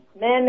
men